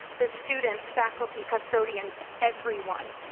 the students, faculty, custodians, everyone.